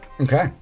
Okay